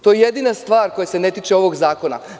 To je jedina stvar koja se ne tiče ovog zakona.